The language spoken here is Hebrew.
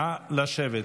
נא לשבת.